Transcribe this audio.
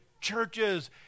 churches